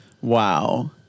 Wow